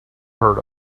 heard